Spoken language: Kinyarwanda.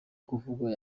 kuvugwa